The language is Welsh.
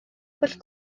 pwll